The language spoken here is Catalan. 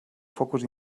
focus